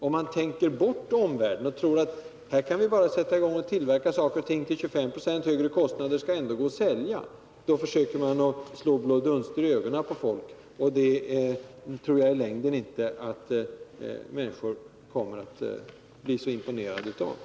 Om man tänker bort omvärlden och tror att vi kan tillverka saker och ting till 25 20 högre kostnad och att produkterna ändå skall gå att sälja, då försöker man slå blå dunster i ögonen på folk. Det tror jag inte att människor i längden kommer att vara så imponerade av.